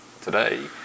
today